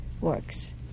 works